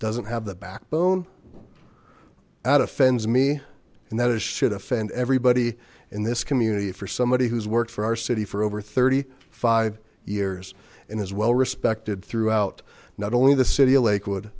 doesn't have the backbone that offends me and that is shit offend everybody in this community for somebody who's worked for our city for over thirty five years and is well respected throughout not only the city of lakewood